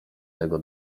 tego